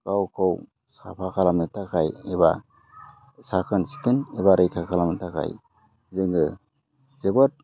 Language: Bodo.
गावखौ साफा खालामनो थाखाय एबा साखोन सिखोन एबा रैखा खालामनो थाखाय जोङो जोबोद